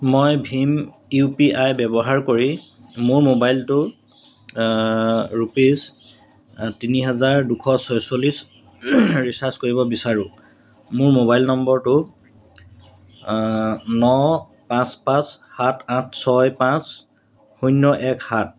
মই ভীম U P I ব্যৱহাৰ কৰি মোৰ মোবাইলটো ৰুপিছ তিনি হাজাৰ দুশ ছয়চল্লিছ ৰিচাৰ্জ কৰিব বিচাৰোঁ মোৰ মোবাইল নম্বৰটো ন পাঁচ পাঁচ সাত আঠ ছয় পাঁচ শূন্য এক সাত